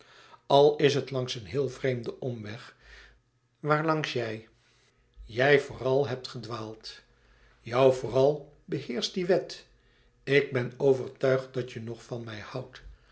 al is het langs een heel vreemden omweg waarlangs jij jij vooral hebt gedwaald jou vooral beheerscht die wet ik ben overtuigd dat je nog van mij houdt